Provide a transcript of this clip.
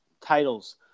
titles